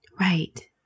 Right